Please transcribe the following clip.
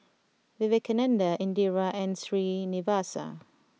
Vivekananda Indira and Srinivasa